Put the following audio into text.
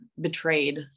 betrayed